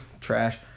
trash